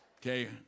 Okay